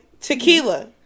Tequila